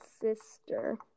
Sister